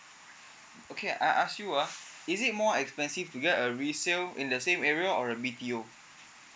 okay I ask you ah is it more expensive to get a resale in the same area or a B_T_O